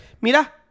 Mira